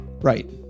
Right